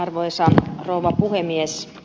arvoisa rouva puhemies